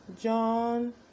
John